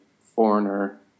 foreigner